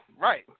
Right